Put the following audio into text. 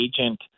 agent